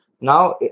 Now